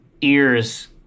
ears